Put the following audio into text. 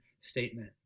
statement